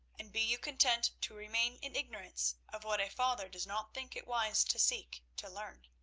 and be you content to remain in ignorance of what a father does not think it wise to seek to learn.